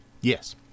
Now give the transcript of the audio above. Yes